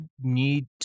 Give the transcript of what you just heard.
need